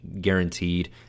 guaranteed